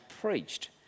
preached